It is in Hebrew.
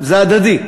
זה הדדי.